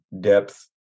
depth